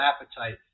appetite